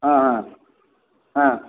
ಹಾಂ ಹಾಂ ಹಾಂ